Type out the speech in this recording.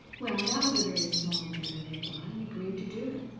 well, that was a very small matter, they thought, and agreed to do it.